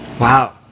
Wow